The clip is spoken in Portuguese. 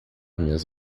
minhas